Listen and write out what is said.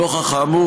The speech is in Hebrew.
נוכח האמור,